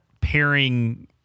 pairing